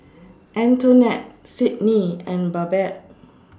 Antonette Sydnie and Babette